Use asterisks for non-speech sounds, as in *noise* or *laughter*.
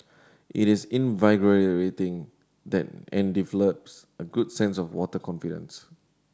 it is *unintelligible* that and develops a good sense of water confidence